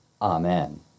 Amen